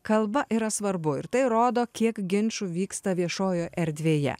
kalba yra svarbu ir tai rodo kiek ginčų vyksta viešojoje erdvėje